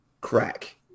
crack